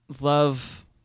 love